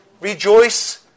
Rejoice